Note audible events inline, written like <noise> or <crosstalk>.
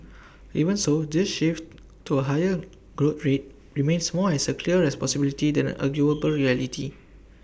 even so this shift to A higher growth rate remains more as A clear as possibility than an <noise> unarguable reality